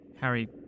Harry